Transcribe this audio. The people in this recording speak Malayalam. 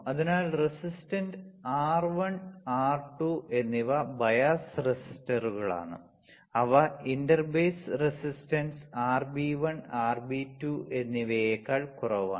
അതിനാൽ റെസിസ്റ്റൻസ് R1 R2 എന്നിവ ബയാസ് റെസിസ്റ്ററുകളാണ് അവ inter base resistance RB 1 RB 2 എന്നിവയേക്കാൾ കുറവാണ്